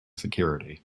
security